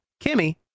Kimmy